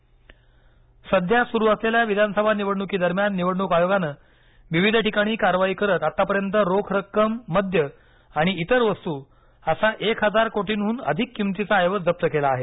निवडणूक जप्ती सध्या सुरू असलेल्या विधानसभा निवडणुकीदरम्यान निवडणूक आयोगानं विविध ठिकाणी कारवाई करत आतापर्यंत रोखरक्कम मद्य आणि इतर वस्तू असा एक हजार कोटींहून अधिक किमतीचा ऐवज जप्त केला आहे